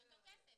זה אותו כסף,